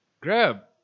Grab